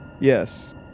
Yes